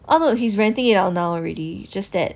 oh no he's renting it out now already just that